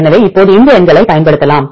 எனவே இப்போது இந்த எண்களைப் பயன்படுத்தலாம்